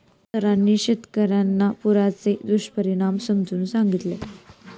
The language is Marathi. सरांनी शेतकर्यांना पुराचे दुष्परिणाम समजावून सांगितले